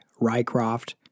Rycroft